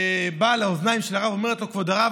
באה לאוזניים של הרב ואומרת לו: כבוד הרב,